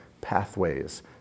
pathways